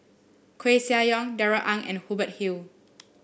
Koeh Sia Yong Darrell Ang and Hubert Hill